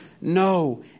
no